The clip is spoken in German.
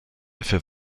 für